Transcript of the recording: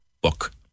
book